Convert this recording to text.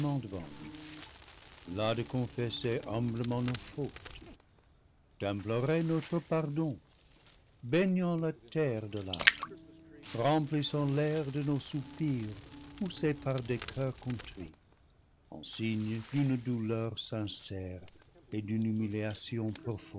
devant lui là de confesser humblement nos fautes d'implorer notre pardon baignant la terre de larmes remplissant l'air de nos soupirs poussés par des coeurs contrits en signe d'une douleur sincère et d'une humiliation